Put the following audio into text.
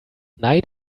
night